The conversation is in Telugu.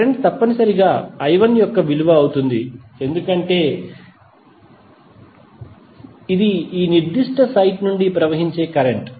కరెంట్ తప్పనిసరిగా I1 యొక్క విలువ అవుతుంది ఎందుకంటే ఇది ఈ నిర్దిష్ట సైట్ నుండి ప్రవహించే కరెంట్